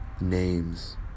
Names